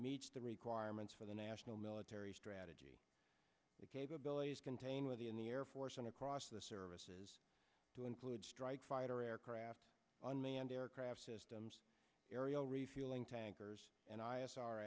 the requirements for the national military strategy the capabilities contain with the in the air force and across the services to include strike fighter aircraft unmanned aircraft systems aerial refueling tankers and i asked our